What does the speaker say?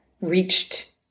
reached